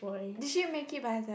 did she make it by herself